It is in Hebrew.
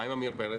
מה עם עמיר פרץ?